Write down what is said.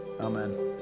Amen